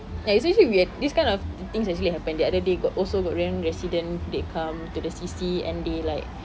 like it's actually weird this kind of things actually happen the other day got also got ran~ resident they come to the C_C and they like